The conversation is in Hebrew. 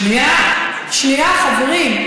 שנייה, שנייה, חברים.